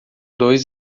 dois